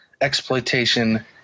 exploitation